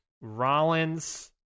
Rollins